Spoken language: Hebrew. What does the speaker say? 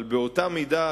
אבל באותה מידה,